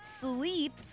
sleep